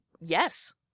Yes